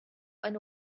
eine